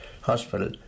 hospital